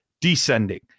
descending